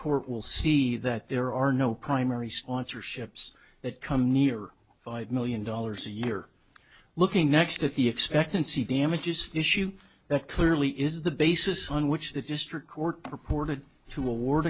court will see that there are no primary sponsor ships that come near five million dollars a year looking next at the expectancy damages issue that clearly is the basis on which the district court reported to award